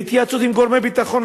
בהתייעצות עם גורמי ביטחון,